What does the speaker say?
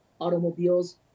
automobiles